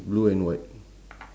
blue and white